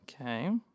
Okay